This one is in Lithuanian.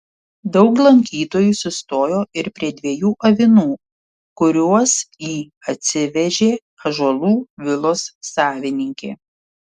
daug lankytojų sustojo ir prie dviejų avinų kuriuos į atsivežė ąžuolų vilos savininkė